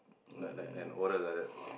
like like an order like that